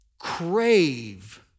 Crave